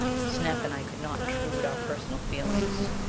snap and i could not intrude our personal feelings.